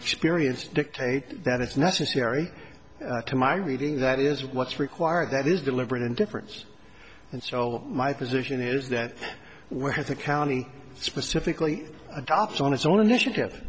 experience dictate that it's necessary to my reading that is what's required that is deliberate indifference and so my position is that whereas the county specifically adopts on its own initiative